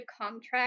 contract